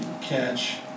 Catch